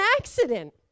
accident